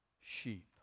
sheep